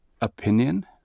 Opinion